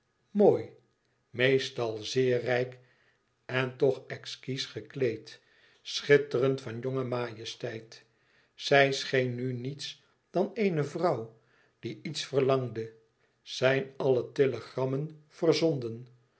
mooi meestal zeer rijk en toch exquis gekleed schitterend van jonge majesteit zij scheen nu niets dan eene vrouw die iets verlangde zijn alle telegrammen verzonden